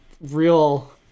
real